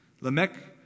Lamech